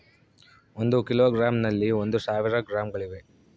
ಒಂದು ಕಿಲೋಗ್ರಾಂ ನಲ್ಲಿ ಒಂದು ಸಾವಿರ ಗ್ರಾಂಗಳಿವೆ